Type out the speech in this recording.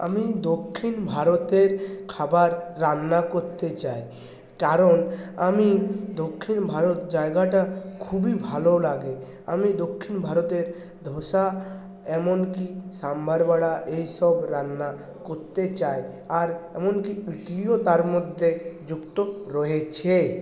আমি দক্ষিণ ভারতের খাবার রান্না করতে চাই কারণ আমি দক্ষিণ ভারত জায়গাটা খুবই ভালো লাগে আমি দক্ষিণ ভারতের ধোসা এমনকি সাম্বার বড়া এই সব রান্না করতে চাই আর এমনকি ও তার মধ্যে যুক্ত রয়েছে